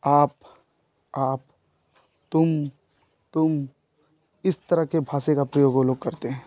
आप आप तुम तुम इस तरह के भाषा का प्रयोग वे लोग करते हैं